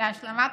להשלמת